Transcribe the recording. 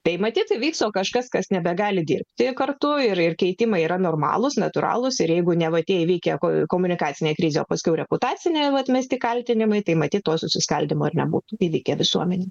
tai matyt įvyko kažkas kas nebegali dirbti kartu ir ir keitimai yra normalūs natūralūs ir jeigu neva tie įvykę komunikacinė krizė paskiau reputaciniai atmesti kaltinimai tai matyt to susiskaldymo nebūtų įvykę visuomenei